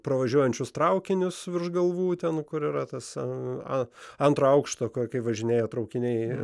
pravažiuojančius traukinius virš galvų ten kur yra tas a antro aukšto kur važinėja traukiniai